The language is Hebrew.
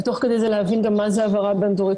ותוך כדי זה להבין גם מה זה העברה בין-דורית